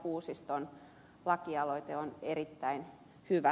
kuusiston lakialoite on erittäin hyvä